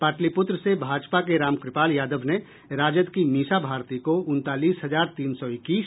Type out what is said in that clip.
पाटलिप्तत्र से भाजपा के रामकृपाल यादव ने राजद की मीसा भारती को उनतालीस हजार तीन सौ इक्कीस